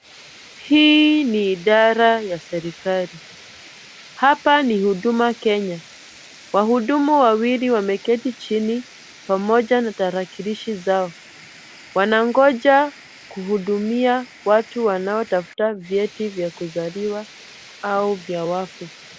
Hii ni idara ya serikali. Hapa ni Huduma Kenya. Wahudumu wawili wameketi chini pamoja na tarakilishi zao. Wanangoja kuhudumia watu wanaotafuta vyeti vya kuzaliwa au vya wafu.